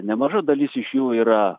nemaža dalis iš jų yra